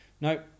No